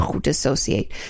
Dissociate